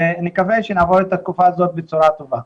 ונקווה שנעבור את התקופה הזאת בצורה טובה,